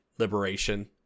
Liberation